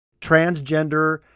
transgender